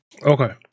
Okay